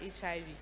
HIV